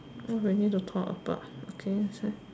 what we need to talk about against